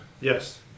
Yes